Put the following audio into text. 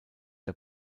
der